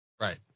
Right